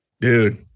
Dude